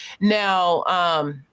Now